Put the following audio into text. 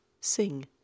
sing